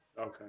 Okay